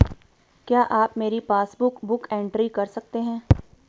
क्या आप मेरी पासबुक बुक एंट्री कर सकते हैं?